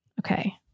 Okay